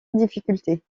difficultés